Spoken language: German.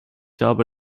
habe